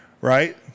right